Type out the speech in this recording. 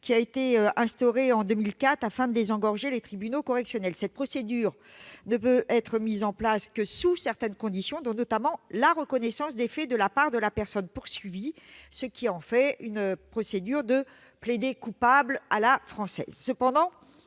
qui a été instaurée en 2004 afin de désengorger les tribunaux correctionnels. Cette procédure ne peut être mise en place que sous certaines conditions, notamment la reconnaissance des faits de la part de la personne poursuivie, ce qui en fait une procédure de « plaider-coupable » à la française.